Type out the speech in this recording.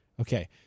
Okay